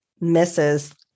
Misses